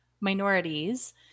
minorities